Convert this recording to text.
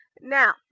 now